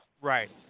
Right